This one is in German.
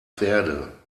verde